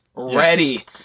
ready